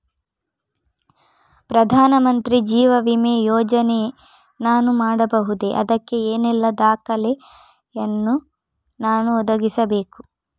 ಪ್ರಧಾನ ಮಂತ್ರಿ ಜೀವ ವಿಮೆ ಯೋಜನೆ ನಾನು ಮಾಡಬಹುದೇ, ಅದಕ್ಕೆ ಏನೆಲ್ಲ ದಾಖಲೆ ಯನ್ನು ನಾನು ಒದಗಿಸಬೇಕು?